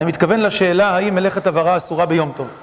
אני מתכוון לשאלה האם הלכת עברה אסורה ביום טוב.